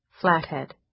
Flathead